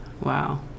Wow